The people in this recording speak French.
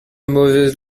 mauvaises